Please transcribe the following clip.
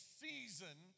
season